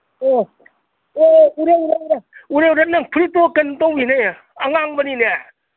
ꯑꯣ ꯑꯣꯑꯣ ꯎꯔꯦ ꯎꯔꯦ ꯎꯔꯦ ꯎꯔꯦ ꯎꯔꯦ ꯅꯪ ꯐꯨꯔꯤꯠꯇꯣ ꯀꯩꯅꯣ ꯇꯧꯋꯤꯅꯦ ꯑꯉꯥꯡꯕꯅꯤꯅꯦ